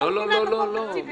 לא נותנים להם מקור תקציבי,